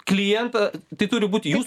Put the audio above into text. klientą tai turi būti jums